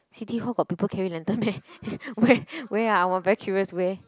City Hall got people carry lantern meh where where ah !wah! I very curious where